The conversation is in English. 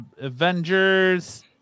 Avengers